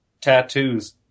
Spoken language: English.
tattoos